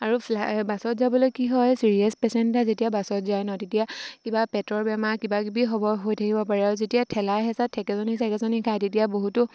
আৰু ফ্লাই বাছত যাবলৈ কি হয় ছিৰিয়াছ পে'চেণ্ট এটা যেতিয়া বাছত যায় ন তেতিয়া কিবা পেটৰ বেমাৰ কিবা কিবি হ'ব হৈ থাকিব পাৰে আৰু যেতিয়া ঠেলাই হেঁচাই থেকেচনী চেকেচনী খায় তেতিয়া বহুতো